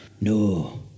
no